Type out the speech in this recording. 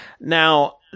Now